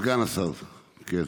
סגן השר, כן.